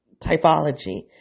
typology